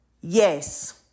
Yes